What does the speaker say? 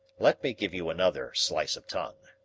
let me give you another slice of tongue.